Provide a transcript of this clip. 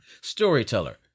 Storyteller